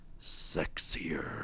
Sexier